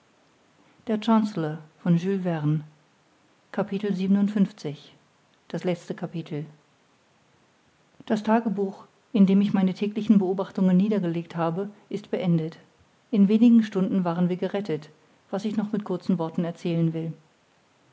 das tagebuch in dem ich meine täglichen beobachtungen niedergelegt habe ist beendet in wenigen stunden waren wir gerettet was ich noch mit kurzen worten erzählen will